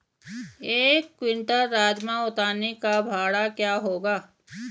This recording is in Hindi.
एक क्विंटल राजमा उतारने का भाड़ा क्या होगा?